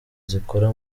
zikora